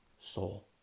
soul